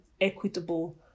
equitable